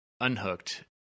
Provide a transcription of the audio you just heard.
unhooked